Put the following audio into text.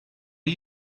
are